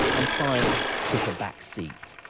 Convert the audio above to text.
and science took a back seat,